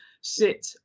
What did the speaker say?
sit